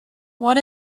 what